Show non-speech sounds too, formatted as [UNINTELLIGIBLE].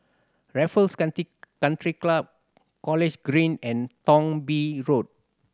Raffles [UNINTELLIGIBLE] Country Club College Green and Thong Bee Road